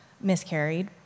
miscarried